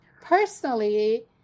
Personally